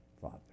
Father